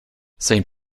saint